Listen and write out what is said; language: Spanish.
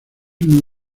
uno